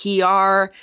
PR